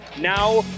Now